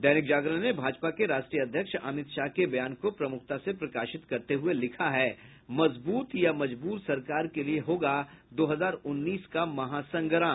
दैनिक जागरण ने भाजपा के राष्ट्रीय अध्यक्ष अमित शाह के बयान को प्रमुखता से प्रकाशित करते हुये लिखा है मजबूत या मजबूर सरकार के लिए होगा दो हजार उन्नीस का महासंग्राम